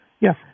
Yes